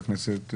בכנסת,